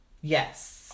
yes